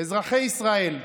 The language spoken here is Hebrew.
אזרחי ישראל,